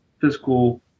physical